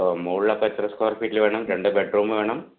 മുകളിലപ്പോൾ എത്ര സ്കൊയർ ഫീറ്റിൽ വേണം രണ്ട് ബെഡ് റൂം വേണം